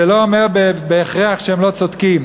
זה לא אומר בהכרח שהם לא צודקים.